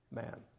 man